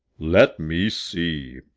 let me see,